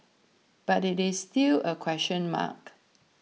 but it is still a question mark